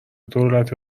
دولت